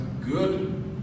good